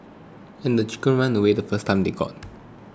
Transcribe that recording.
and the chickens ran away the first time they got